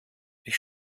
ich